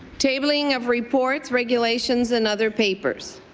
tabling of report regulations and other papers.